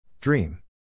Dream